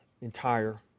entire